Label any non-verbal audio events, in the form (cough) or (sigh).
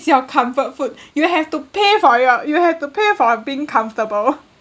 it's your comfort food (laughs) you have to pay for your you have to pay for being comfortable (laughs)